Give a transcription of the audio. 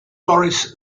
boris